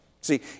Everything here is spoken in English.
See